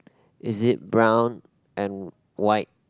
is it brown and white